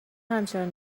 همچنان